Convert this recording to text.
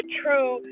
true